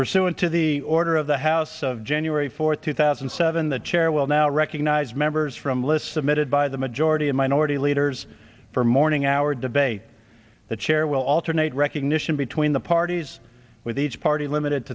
pursuant to the order of the house of january fourth two thousand and seven the chair will now recognize members from list submitted by the majority and minority leaders for morning hour debate the chair will alternate recognition between the parties with each party limited